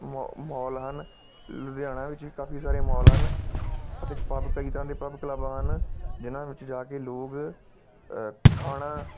ਮੋ ਮੋਲ ਹਨ ਲੁਧਿਆਣਾ ਵਿੱਚ ਵੀ ਕਾਫੀ ਸਾਰੇ ਮੋਲ ਹਨ ਅਤੇ ਪੱਬ ਕਈ ਤਰ੍ਹਾਂ ਦੇ ਪੱਬ ਕਲੱਬ ਹਨ ਜਿਹਨਾਂ ਵਿੱਚ ਜਾ ਕੇ ਲੋਕ ਖਾਣਾ